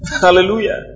Hallelujah